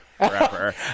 forever